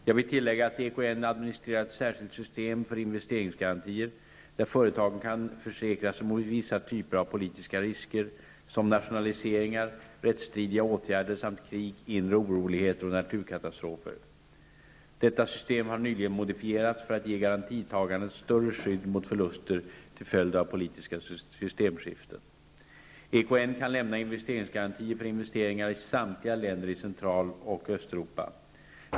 Jag vill tillägga att EKN administrerar ett särskilt system för investeringsgarantier, där företagen kan försäkra sig mot vissa typer av politiska risker som nationaliseringar, rättsstridiga åtgärder samt krig, inre oroligheter och naturkatastrofer. Detta system har nyligen modifierats för att ge garantitagarna ett större skydd mot förluster till följd av politiska systemskiften. EKN kan lämna investeringsgarantier för investeringar i samtliga länder i Central och Östeuropa.